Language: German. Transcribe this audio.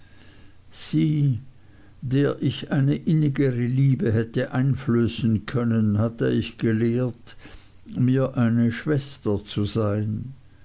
der ich eine innigere liebe hätte einflößen können hatte ich gelehrt mir eine schwester zu sein